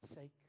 sake